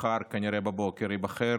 מחר, כנראה בבוקר, ייבחר